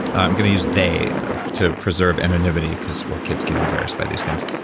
i'm going to use they to preserve anonymity, because, well, kids get embarrassed by these things.